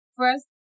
first